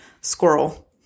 squirrel